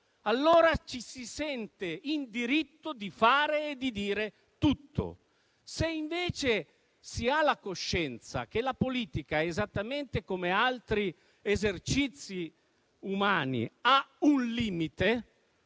allora ci si sente in diritto di fare e di dire tutto. Se invece si ha la coscienza che la politica, esattamente come altri esercizi umani, ha un limite,